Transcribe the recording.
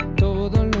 to